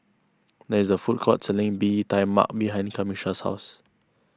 there is a food court selling Bee Tai Mak behind Camisha's house